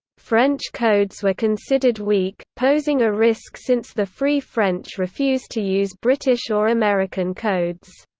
french codes were considered weak, posing a risk since the free french refused to use british or american codes.